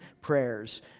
prayers